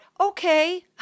okay